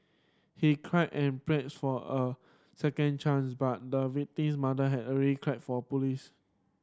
he cried and pleaded for a second chance but the victim's mother had already for police